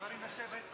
(חברי הכנסת מקדמים בקימה את פני נשיא המדינה.) בבקשה לשבת.